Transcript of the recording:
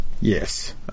Yes